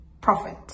prophet